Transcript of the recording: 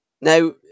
Now